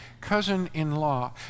cousin-in-law